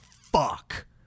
fuck